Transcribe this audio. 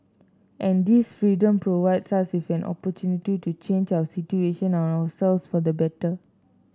and this freedom provides us with an opportunity to change our situation and ourself for the better